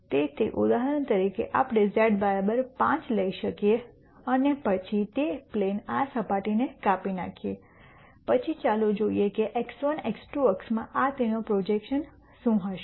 તેથી ઉદાહરણ તરીકે આપણે z 5 લઈ શકીએ અને પછી તે પ્લેન આ સપાટીને કાપી નાંખીએ પછી ચાલો જોઈએ કે x1 x2 અક્ષ માં તેનો પ્રોજેકશન શું હશે